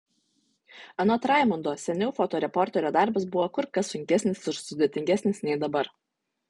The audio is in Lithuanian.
anot raimundo seniau fotoreporterio darbas buvo kur kas sunkesnis ir sudėtingesnis nei dabar